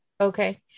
Okay